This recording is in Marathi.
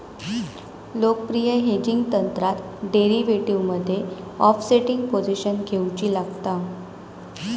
लोकप्रिय हेजिंग तंत्रात डेरीवेटीवमध्ये ओफसेटिंग पोझिशन घेउची लागता